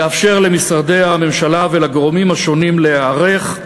כדי לאפשר למשרדי הממשלה ולגורמים השונים להיערך.